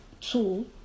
tool